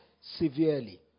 severely